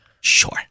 Sure